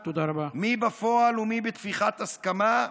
/ מי בפועל / ומי בטפיחת הסכמה,